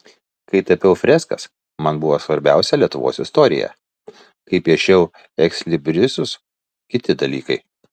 kai tapiau freskas man buvo svarbiausia lietuvos istorija kai piešiau ekslibrisus kiti dalykai